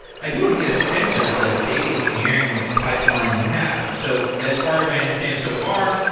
i do want to get a sense of the data engineering pipeline you have. so as far as i understand so far,